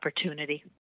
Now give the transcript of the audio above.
opportunity